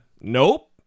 nope